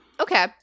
Okay